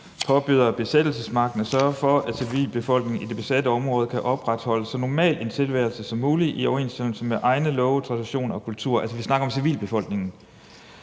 påbyder besættelsesmagten at sørge for, at civilbefolkningen i de besatte områder kan opretholde så normal en tilværelse som muligt i overensstemmelse med egne love, traditioner og kultur. Retten til at bevæge